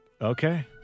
Okay